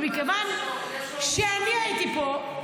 אבל יש לו --- ומכיוון שאני הייתי פה,